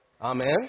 Amen